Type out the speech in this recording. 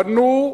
פנו,